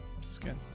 Skin